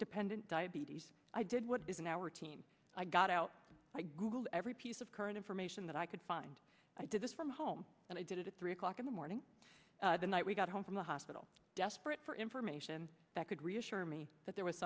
dependent diabetes i did what is in our team i got out i googled every piece of current information that i could find i did this from home and i did it at three o'clock in the morning the night we got home in the hospital desperate for information that could reassure me that there was